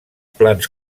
plans